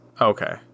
okay